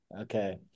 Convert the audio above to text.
Okay